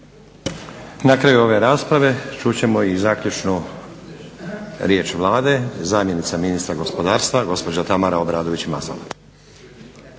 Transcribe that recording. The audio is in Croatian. Na kraju ove rasprave čut ćemo i zaključnu riječ Vlade, zamjenica ministra gospodarstva gospođa Tamara Obradović Mazal.